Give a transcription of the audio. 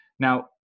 Now